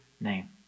name